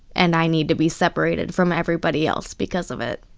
and i need to be separated from everybody else because of it